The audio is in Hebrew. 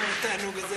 לא,